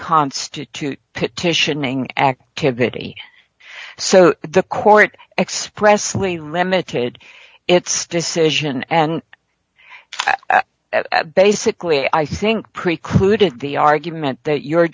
constitute petitioning activity so the court expressly remicade its decision and basically i think precluded the argument that you're